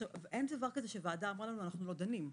אין דבר כזה שוועדה אמרה לנו אנחנו לא דנים,